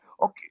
okay